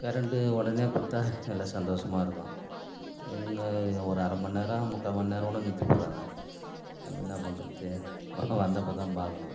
current உடனே கொடுத்தா நல்லா சந்தோஷமா இருக்கும் எங்கே ஒரு அரை மணிநேரம் முக்கால் மணிநேரம் கூட நிறுத்திப்புடறாங்க அப்புறம் என்ன பண்ணுறது வந்தப்போ தான் பார்க்கணும்